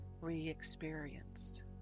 re-experienced